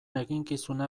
eginkizuna